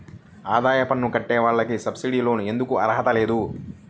ఆదాయ పన్ను కట్టే వాళ్లకు సబ్సిడీ లోన్ ఎందుకు అర్హత లేదు?